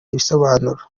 ibisobanuro